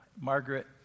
Margaret